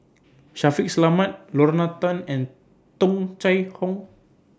Shaffiq Selamat Lorna Tan and Tung Chye Hong